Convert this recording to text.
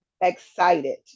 excited